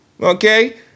Okay